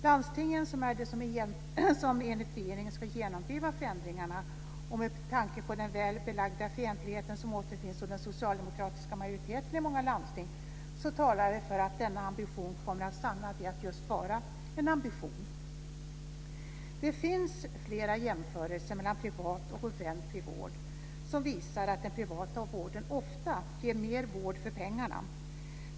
Landstingen är de som enligt regeringen ska genomdriva förändringarna, men med tanke på den väl belagda fientlighet som återfinns hos den socialdemokratiska majoriteten i många landsting talar det för att denna ambition kommer att stanna vid att vara just en ambition. Det finns flera jämförelser mellan privat och offentlig vård som visar att den privata vården ofta ger mer vård för pengarna.